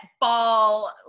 Ball